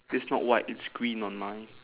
it's not white it's green on mine